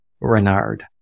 Renard